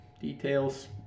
Details